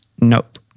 Nope